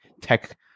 tech